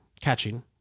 catching